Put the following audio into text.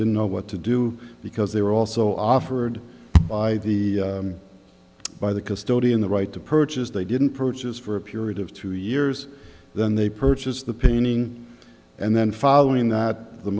didn't know what to do because they were also offered by the by the custodian the right to purchase they didn't purchase for a period of two years then they purchased the painting and then following that the